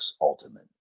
Ultimate